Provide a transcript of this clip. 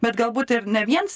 bet galbūt ir ne vien